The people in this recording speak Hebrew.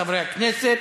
הרווחה והבריאות.